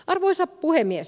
arvoisa puhemies